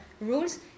rules